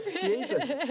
Jesus